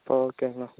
அப்போ ஓகேங்கண்ணா